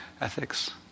ethics